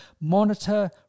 monitor